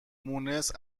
مونس